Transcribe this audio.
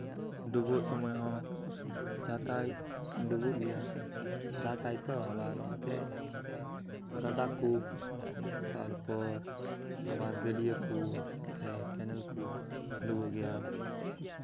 ᱰᱩᱵᱟᱹᱜ ᱥᱚᱢᱚᱭ ᱦᱚᱸ ᱡᱟᱼᱛᱟᱭ ᱰᱩᱵᱟᱹᱜ ᱜᱮᱭᱟ ᱫᱟᱜᱼᱟᱭ ᱛᱚ ᱟᱵᱟᱨ ᱚᱱᱛᱮ ᱜᱟᱰᱟ ᱠᱚ ᱛᱟᱨᱯᱚᱨ ᱟᱵᱟᱨ ᱜᱟᱹᱰᱭᱟᱹ ᱠᱚ ᱥᱮ ᱠᱮᱱᱮᱞ ᱠᱚ ᱰᱩᱵᱟᱹᱜ ᱜᱮᱭᱟ